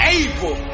able